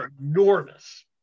enormous